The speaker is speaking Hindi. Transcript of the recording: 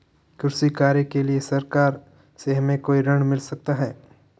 कृषि कार्य के लिए सरकार से हमें कोई ऋण मिल सकता है?